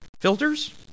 filters